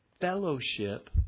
fellowship